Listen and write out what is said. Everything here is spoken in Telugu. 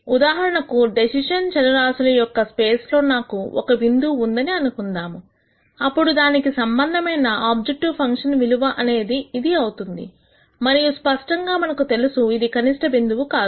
ఉదాహరణకు డెసిషన్ చరరాశుల యొక్క స్పేస్ లో నాకు ఒక బిందువు ఉందని అనుకుందాము అప్పుడు దానికి సంబంధమైన ఆబ్జెక్టివ్ ఫంక్షన్ విలువ అనేది ఇది అవుతుంది మరియు స్పష్టంగా మనకు తెలుసు ఇది కనిష్ట బిందువు కాదు